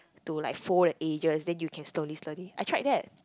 to like fold the edges then you can slowly slowly I tried that